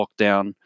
lockdown